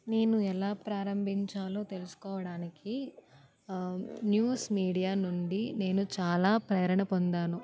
నేను ఎలా ప్రారంభించాలో తెలుసుకోవటానికి న్యూస్ మీడియా నుండి నేను చాలా ప్రేరణ పొందాను